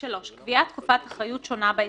3. קביעת תקופת אחריות שונה בהסכם.